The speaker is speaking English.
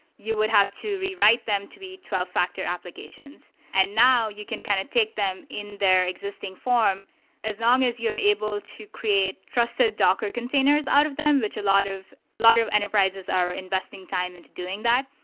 you would have to rewrite them to be twelve factor applications. and now, you can kind of take them in their existing form as long as you're able to create trusted docker containers out of them, which a lot of lot of enterprises are investing time into doing that.